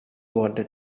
wanted